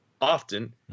often